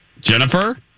Jennifer